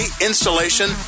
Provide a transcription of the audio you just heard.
installation